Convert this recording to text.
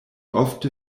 ofte